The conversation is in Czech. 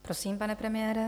Prosím, pane premiére.